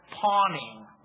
pawning